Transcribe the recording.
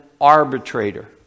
arbitrator